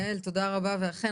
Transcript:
יעל תודה רבה ואכן,